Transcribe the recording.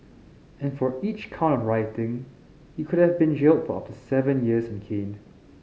and for each count of rioting he could have been jailed for up to seven years and caned